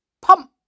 pump